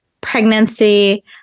pregnancy